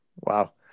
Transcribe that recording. wow